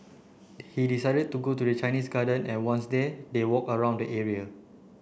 he decided to go to the Chinese Garden and once there they walked around the area